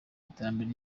iterambere